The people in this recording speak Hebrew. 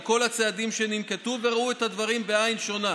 על כל הצעדים שננקטו ורואים את הדברים בעין שונה,